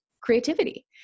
creativity